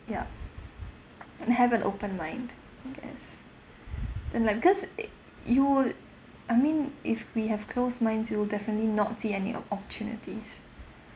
ya and have an open mind I guess then like because uh you I mean if we have closed minds we'll definitely not see any op~ opportunities